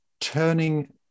turning